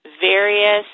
various